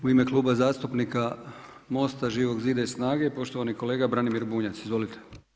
U ime Kluba zastupnika MOST-a, Živog zida i SNAGA-e poštovani kolega Branimir Bunjac, izvolite.